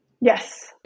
Yes